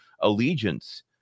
allegiance